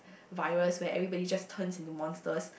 virus where everybody just turns into monsters